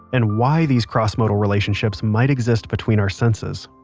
and why these crossmodal relationships might exist between our senses